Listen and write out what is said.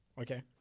Okay